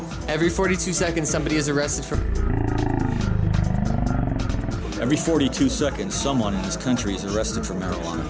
on every forty two seconds somebody is arrested for every forty two seconds someone is countries arrested for marijuana